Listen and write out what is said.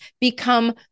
become